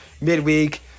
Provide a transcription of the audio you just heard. midweek